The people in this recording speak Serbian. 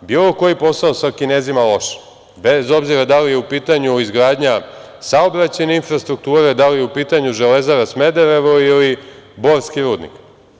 bilo koji posao sa Kinezima loš, bez obzira da li je u pitanju izgradnja saobraćajne infrastrukture, da li je u pitanju „Železara Smederevo“ ili borski rudnik?